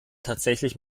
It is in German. tatsächlich